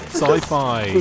Sci-fi